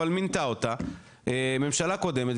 אבל מינתה אותה הממשלה קודמת,